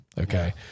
Okay